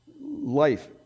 life